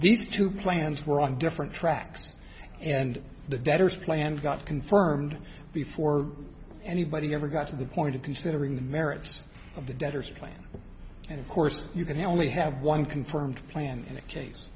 these two plans were on different tracks and the debtor's plan got confirmed before anybody ever got to the point of considering the merits of the debtors plan and of course you can only have one confirmed plan in that case